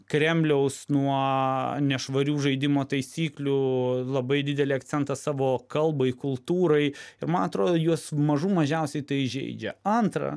kremliaus nuo nešvarių žaidimo taisyklių labai didelį akcentą savo kalbai kultūrai ir man atrodo juos mažų mažiausiai tai žeidžia antra